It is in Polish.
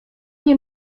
nie